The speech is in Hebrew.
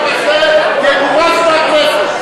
יהיה סעיף שמי שמתנגד לחוק הזה יגורש מהכנסת.